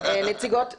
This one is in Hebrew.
נציגות המשטרה,